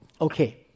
Okay